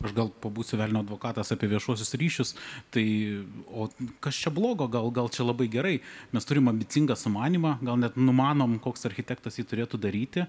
aš gal pabūsiu velnio advokatas apie viešuosius ryšius tai o kas čia blogo gal gal čia labai gerai mes turim ambicingą sumanymą gal net numanom koks architektas jį turėtų daryti